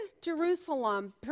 Jerusalem